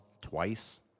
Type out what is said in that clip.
twice